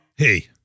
Hey